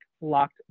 locked